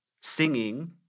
Singing